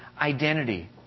identity